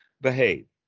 behave